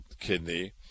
kidney